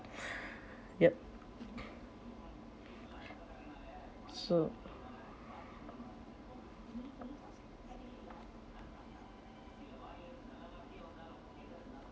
yup so